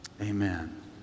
Amen